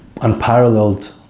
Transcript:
Unparalleled